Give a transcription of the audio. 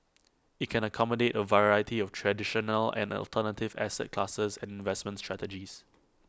IT can accommodate A variety of traditional and the alternative asset classes and investment strategies